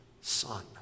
son